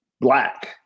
black